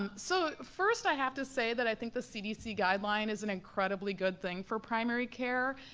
um so first i have to say that i think the cdc guideline is an incredibly good thing for primary care.